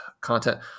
content